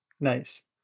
Nice